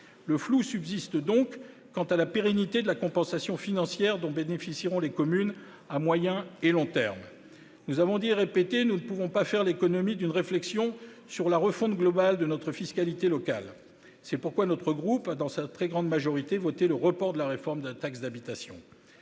Le flou subsiste donc quant à la pérennité de la compensation financière dont bénéficieront les communes, à moyen et long terme. Nous l'avons dit et répété : nous ne pouvons pas faire l'économie d'une réflexion sur la refonte globale de notre fiscalité locale. C'est pourquoi notre groupe a, dans sa très grande majorité, voté le report de la réforme de la taxe d'habitation.